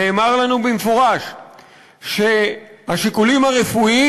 נאמר לנו במפורש שהשיקולים הרפואיים